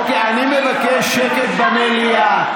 אוקיי, אני מבקש שקט במליאה.